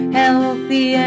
healthy